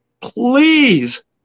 please